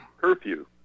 curfew